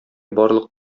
барлык